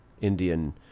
Indian